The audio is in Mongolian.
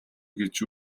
гэж